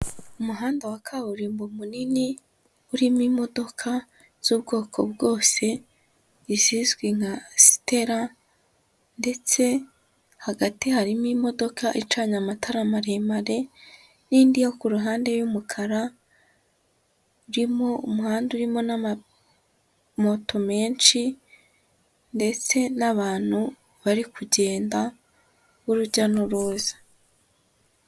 Umuhanda wa kaburimbo munini, urimo imodoka z'ubwoko bwose, izizwi nka Sitera ndetse hagati harimo imodoka icanye amatara maremare n'indi yo ku ruhande y'umukara, harimo umuhanda urimo n'amamoto menshi ndetse n'abantu bari kugenda b'urujya n'uruza.